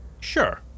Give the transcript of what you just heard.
sure